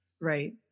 Right